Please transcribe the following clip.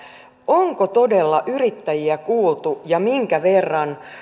onko todella yrittäjiä kuultu ja minkä verran